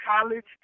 college